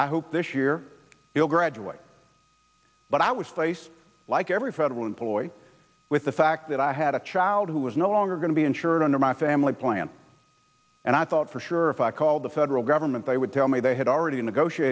i hope this year will graduate but i was placed like every federal employee with the fact that i had a child who was no longer going to be insured under my family plan and i thought for sure called the federal government they would tell me they had already